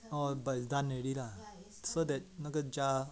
orh but done already lah so the 那个 jar